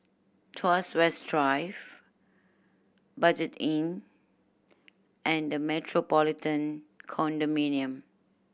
Tuas West Drive Budget Inn and The Metropolitan Condominium